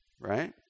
Right